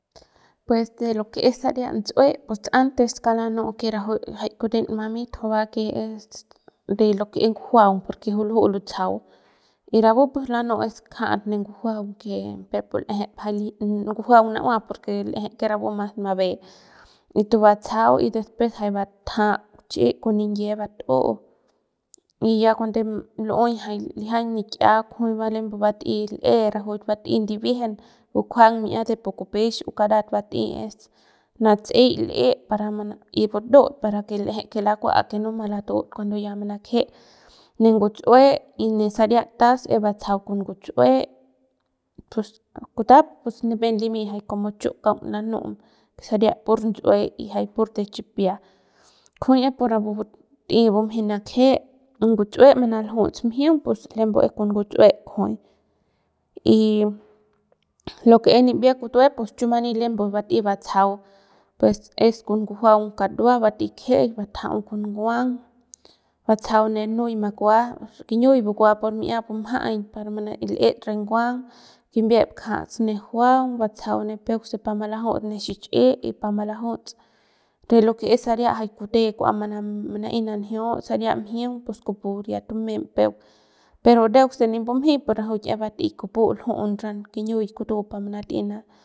Pues de lo que es saria ndtsue pues antes kauk lanu'u que raju que kuten mamit juy bake es de lo que es ngujuaung porque juy luju lutsajau y rapu pus es lanu'u pus kjat ne ngujuaung que peuk pu l'ejep jay y ngujuaung na'ua porque l'ejep que rapu mas mabe y to batsajau y después jay batja'a chi'i con niyie bat'u y ya cuando jay lu'uey jay lijiañ nik'ia kujuy va lembu bat'ey l'e ra juy bat'ey ndibiejen bukjuang mi'ia de pu kupex o karat bat'ey es natse'ey l'e para mana y budut para que l'eje que lakua que no malatut cuando ya manakje ne ngutsu'e y ne saria tas es batsajau con ngutsu'ue pus kutat nipem limi jay como chu'u kaung lanu'um saria pur ndtsue y jay pur de chipia kujuy es pur rapu but'ey bumjey nakje y ngutsu'e manaljuts mjiung pus lembu es con ngutsue'e kujuy y lo que es nibie kutue pus chu mani lembu bat'ey batsajau pues es con ngujuaung kadua bat'ey kjeik batjau con nguang batsajau ne nuy makua kiñiuy bakua por mi'ia bumjay par manai'ets re nguang kimbiep kjats ne juaung batsajau ne peuk se pa malajuts ne xichi'i y pa malajuts lo que es saria jay kute mana'ey nanjiuts saria mjiung pus kupu ya tumem peuk pero nduk se nip mbumjey pus rajuik es bat'ey kupu luju'u ranju kiñiuy kutu par manat'ey na.